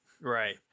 Right